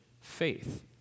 faith